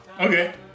Okay